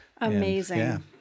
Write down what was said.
Amazing